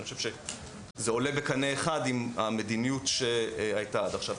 אני חושב שזה עולה בקנה אחד עם המדיניות שהייתה עד עכשיו.